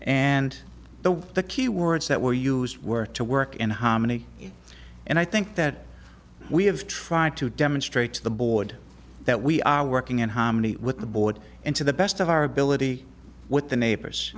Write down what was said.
and the way the keywords that were used were to work in harmony and i think that we have tried to demonstrate to the board that we are working in harmony with the board and to the best of our ability with the neighbors